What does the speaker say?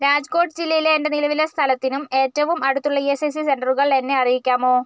രാജ്കോട്ട് ജില്ലയിലെ എൻ്റെ നിലവിലെ സ്ഥലത്തിനും ഏറ്റവും അടുത്തുള്ള ഇഎസ്ഐസി സെൻ്ററുകൾ എന്നെ അറിയിക്കാമോ